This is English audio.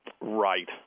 Right